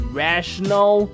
rational